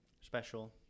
special